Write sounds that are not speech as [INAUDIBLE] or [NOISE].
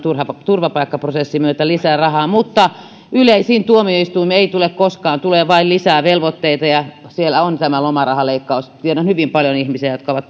turvapaikkaprosessin myötä lisää rahaa mutta yleisiin tuomioistuimiin ei tule koskaan tulee vain lisää velvoitteita ja siellä on tämä lomarahaleikkaus tiedän hyvin paljon ihmisiä jotka ovat [UNINTELLIGIBLE]